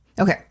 Okay